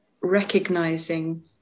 recognizing